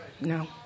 No